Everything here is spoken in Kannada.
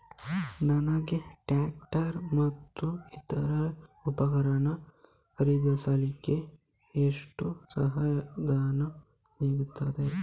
ನನಗೆ ಟ್ರ್ಯಾಕ್ಟರ್ ಮತ್ತು ಇತರ ಉಪಕರಣ ಖರೀದಿಸಲಿಕ್ಕೆ ಎಷ್ಟು ಧನಸಹಾಯ ಸಿಗುತ್ತದೆ?